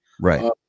Right